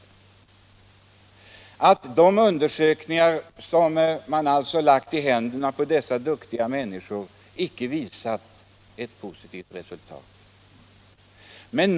Det är riktigt att de undersökningar som har lagts i händerna på dessa duktiga människor inte har visat ett positivt resultat.